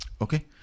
Okay